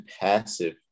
passive